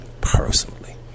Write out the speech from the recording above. personally